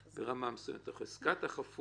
ברמה מסוימת, או את חזקת החפות.